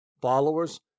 followers